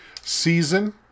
season